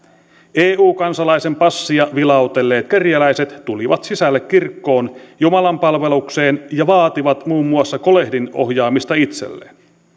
eu kansalaisen passia vilautelleet kerjäläiset tulivat sisälle kirkkoon jumalanpalvelukseen ja vaativat muun muassa kolehdin ohjaamista itselleen